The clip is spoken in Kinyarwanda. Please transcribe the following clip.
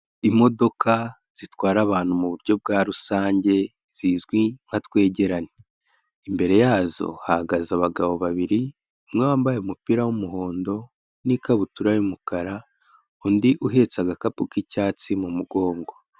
Imodoka zitwara abantu muburyo bwa rusange zizwi nka Twegerane, imbere yazo hahagaze abagabo babiri, umwe wambaye umupira w'umuhondo n'ikabutura y'umukara, undi uhetse agakapu k'icyatsi mu mugongo.